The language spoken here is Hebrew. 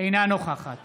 אינה נוכחת